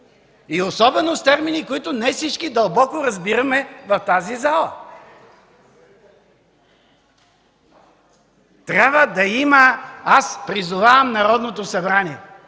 и особено с термини, които не всички дълбоко разбираме в тази зала. Аз призовавам Народното събрание: